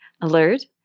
alert